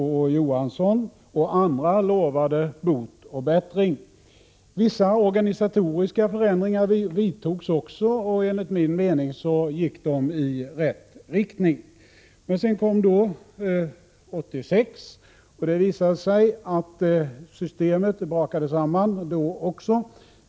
Å. Johansson, och andra lovade bot och bättring. Vissa organisatoriska förändringar vidtogs också, och enligt min mening gick de i rätt riktning. Men sedan kom 1986, och det visade sig att systemet brakade samman då också.